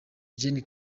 gen